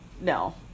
no